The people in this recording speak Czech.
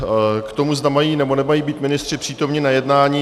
K tomu, zda mají nebo nemají být ministři přítomni na jednání.